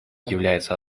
является